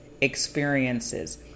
experiences